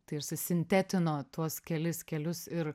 tai ir susintetino tuos kelis kelius ir